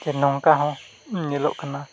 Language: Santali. ᱡᱮ ᱱᱚᱝᱠᱟ ᱦᱚᱸ ᱧᱮᱞᱚᱜ ᱠᱟᱱᱟ